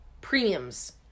premiums